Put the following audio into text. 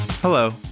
Hello